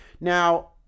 Now